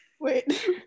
Wait